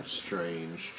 strange